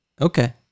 Okay